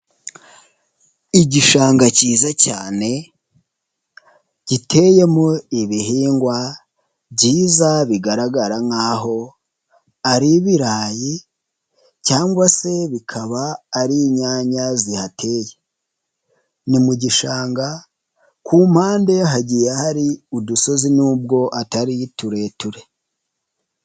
Igishanga kiza cyane giteyemo ibihingwa byiza bigaragara nk'aho ari ibirayi cyangwa se bikaba ari inyanya zihateye, ni mu gishanga ku mpande hagiye hari udusozi n'ubwo atari tureture.